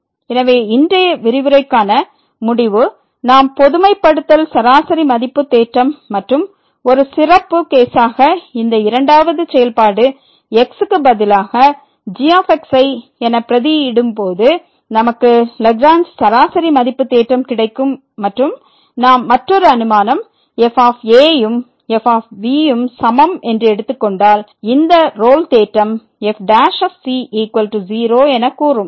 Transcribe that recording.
எனவே இன்றைய விரிவுரைக்கான முடிவு நாம் பொதுமைப்படுத்தல் சராசரி மதிப்பு தேற்றம் மற்றும் ஒரு சிறப்பு கேசாக இந்த இரண்டாவது செயல்பாடு x க்கு பதிலாக g ஐ என பிரதி இடும் போது நமக்கு லாக்ரேஞ்ச் சராசரி மதிப்பு தேற்றம் கிடைக்கும் மற்றும் நாம் மற்றொரு அனுமானம் f ம் f ம் சமம் என்று எடுத்து கொண்டால் இந்த ரோல் தேற்றம் fc0என கூறும்